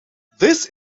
this